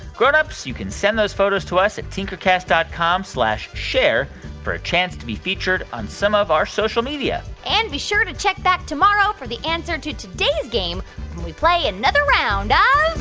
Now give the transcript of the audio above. grown-ups, you can send those photos to us at tinkercast dot com slash share for a chance to be featured on some of our social media and be sure to check back tomorrow for the answer to today's game when we play another round